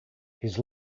his